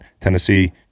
Tennessee